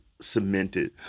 cemented